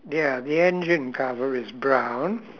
ya the engine cover is brown